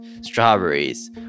strawberries